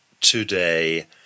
today